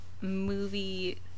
movie